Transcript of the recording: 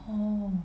oh